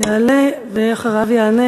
יעלה, ואחריו יענה